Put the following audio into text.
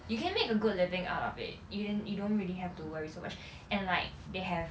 you can make a good living out of it you didn't you don't really have to worry so much and like they have